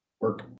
work